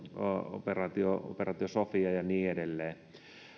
operaatio operaatio sophia ja niin edelleen